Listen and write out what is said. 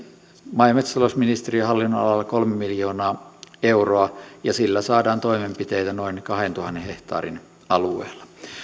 maa ja metsätalousministeriön hallinnonalalla kolme miljoonaa euroa ja sillä saadaan toimenpiteitä noin kahdentuhannen hehtaarin alueella